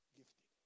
gifted